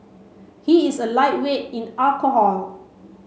he is a lightweight in alcohol